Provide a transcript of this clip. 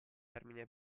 termine